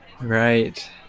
Right